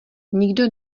nikdo